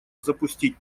запустить